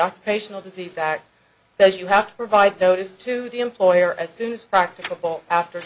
occupational to the fact that you have to provide notice to the employer as soon as practicable after